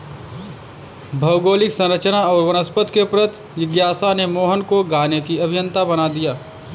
भौगोलिक संरचना और वनस्पति के प्रति जिज्ञासा ने मोहन को गाने की अभियंता बना दिया